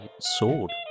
sword